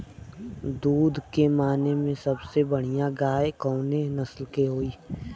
दुध के माने मे सबसे बढ़ियां गाय कवने नस्ल के होली?